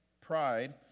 pride